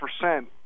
percent